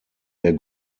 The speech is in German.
der